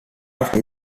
battle